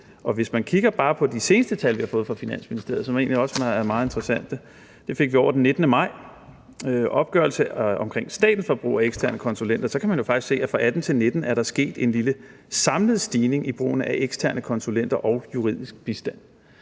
Hvis man kigger på bare de seneste tal, vi har fået fra Finansministeriet, som egentlig også er meget interessante – dem fik vi over den 19. maj, altså opgørelse om statens forbrug af konsulenter – kan man faktisk se, at fra 2018-2019 er der sket en lille samlet stigning i brugen af eksterne konsulenter og juridisk bistand.